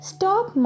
Stop